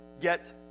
get